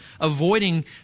avoiding